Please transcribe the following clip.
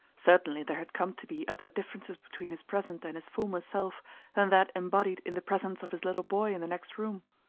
certainly there had come to be other differences between his present and his former self than that embodied in the presence of his little boy in the next room.